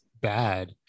bad